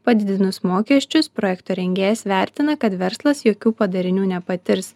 padidinus mokesčius projekto rengėjas vertina kad verslas jokių padarinių nepatirs